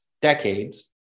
decades